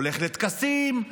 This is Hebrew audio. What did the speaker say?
הולך לטקסים,